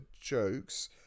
jokes